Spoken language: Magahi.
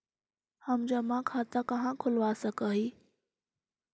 हम जमा खाता कहाँ खुलवा सक ही?